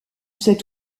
cet